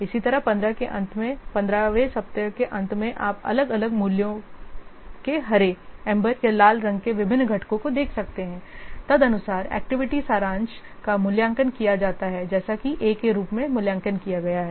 इसी तरह 15 के अंत में 15 वें सप्ताह के अंत में आप अलग अलग मूल्यों के हरे एम्बर या लाल रंग के विभिन्न घटकों को देख सकते हैं तदनुसार एक्टिविटी सारांश का मूल्यांकन किया जाता है जैसा कि A के रूप में मूल्यांकन किया गया है